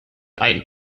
ein